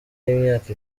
y’imyaka